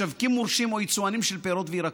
משווקים מורשים או יצואנים של פירות וירקות.